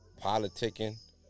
politicking